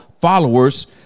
followers